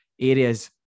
areas